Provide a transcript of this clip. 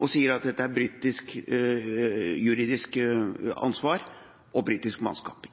og sier at dette er britisk juridisk ansvar og britisk mannskap.